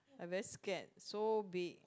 I very scared so big